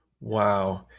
Wow